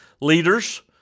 Leaders